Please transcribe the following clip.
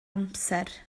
amser